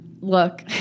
Look